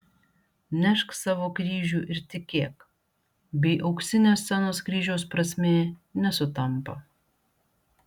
nešk savo kryžių ir tikėk bei auksinio scenos kryžiaus prasmė nesutampa